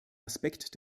aspekt